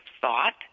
thought